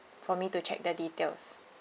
for me to check the details